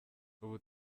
ubu